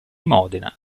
modena